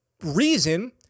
reason